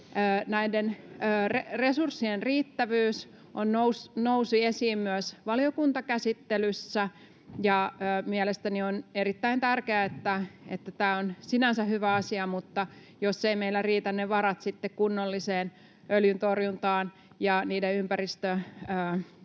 Näiden resurssien riittävyys nousi esiin myös valiokuntakäsittelyssä. Mielestäni tämä on erittäin tärkeää ja tämä on sinänsä hyvä asia, mutta jos eivät meillä varat riitä sitten kunnolliseen öljyntorjuntaan ja niiden ympäristövahinkojen